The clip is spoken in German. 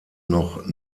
noch